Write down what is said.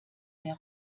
mehr